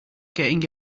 getting